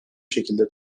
şekilde